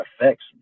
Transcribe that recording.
affects